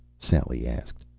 sally asked.